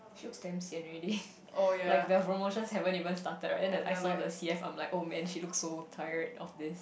she looks damn sian already like the promotions haven't even started right then the I saw the C_F like [oh]-man she looks so tired of this